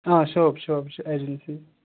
آ shop shop چھِ agency